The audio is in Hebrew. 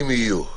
אם יהיו.